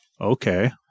Okay